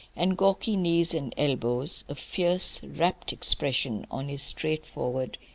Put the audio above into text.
and gawky knees and elbows, a fierce, rapt expression on his straightforward,